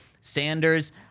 Sanders